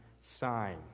sign